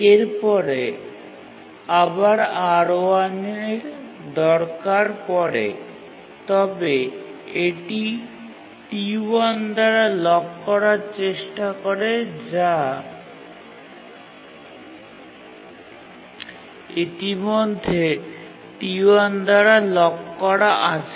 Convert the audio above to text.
এরপরে আবার R1 এর দরকার পড়ে তবে এটি T1 দ্বারা লক করার চেষ্টা করে যা ইতিমধ্যে T1 দ্বারা লক করা আছে